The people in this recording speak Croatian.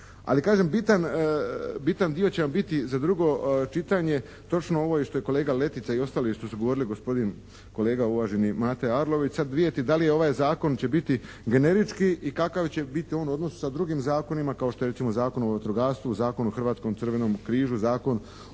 Ali kažem bitan, bitan dio će vam biti za drugo čitane točno ovo i što je kolega Letica i ostali što su govorili, gospodin kolega uvaženi Mato Arlović. Sad vidjeti da li ovaj Zakon će biti generički i kakav će biti on u odnosu sa drugim zakonima kao što je recimo Zakon o vatrogastvu, Zakon o hrvatskom Crvenom križu, Zakon